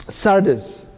Sardis